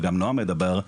וגם נועם ידבר,